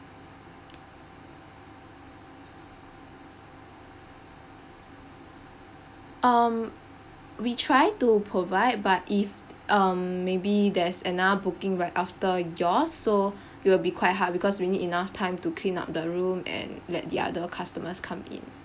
um we try to provide but if um maybe there's another booking right after yours so it will be quite hard because we need enough time to clean up the room and let the other customers come in